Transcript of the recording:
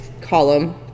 column